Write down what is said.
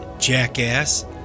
jackass